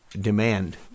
demand